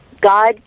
God